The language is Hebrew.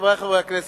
חברי חברי הכנסת,